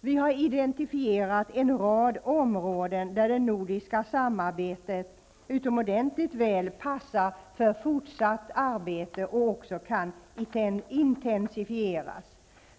Vi har identifierat en rad områden där det nordiska samarbetet utomordentligt väl passar för fortsatt arbete och också kan intensifieras.